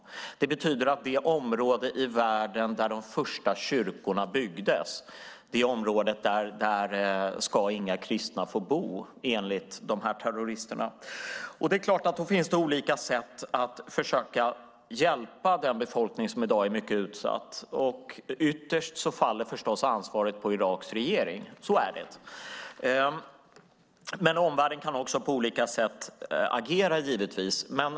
Det betyder att i det område i världen där de första kyrkorna byggdes ska enligt de här terroristerna inga kristna få bo. Det är klart att det finns olika sätt att försöka hjälpa den befolkning som i dag är mycket utsatt. Ytterst faller ansvaret förstås på Iraks regering; så är det. Omvärlden kan dock givetvis agera på olika sätt.